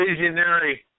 visionary